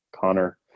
Connor